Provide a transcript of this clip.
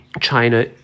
China